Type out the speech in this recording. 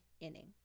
inning